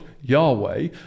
Yahweh